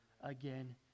again